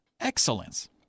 excellence